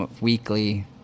weekly